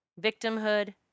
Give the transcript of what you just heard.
victimhood